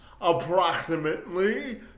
approximately